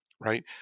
Right